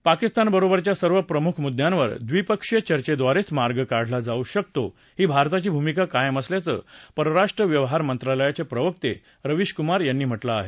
पाकिस्तानबरोबरच्या सर्व प्रमुख मुद्यावर ड्रीपक्षीय चर्चेद्वारेच मार्ग काढला जाऊ शकतो ही भारताची भूमिका कायम असल्याचं परराष्ट्र व्यवहारमंत्रालयाचे प्रवक्ते रवीश कुमार यांनी म्हटलं आहे